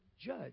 judge